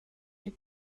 die